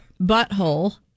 Butthole